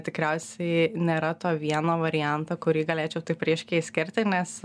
tikriausiai nėra to vieno varianto kurį galėčiau taip ryškiai išskirti nes